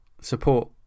support